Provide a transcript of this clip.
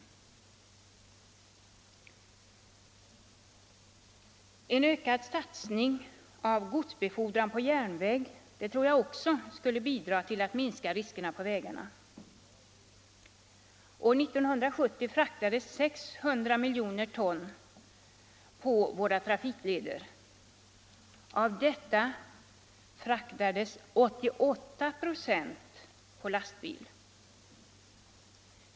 En ökad satsning på godsbefordran per järnväg tror jag också skulle bidra till att minska riskerna på vägarna. År 1970 fraktades 600 milj. ton på våra trafikleder, varav 88 96 fraktades på lastbil.